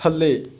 ਥੱਲੇ